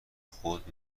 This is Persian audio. خود